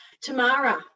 Tamara